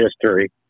history